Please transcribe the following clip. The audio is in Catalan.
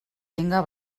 tinga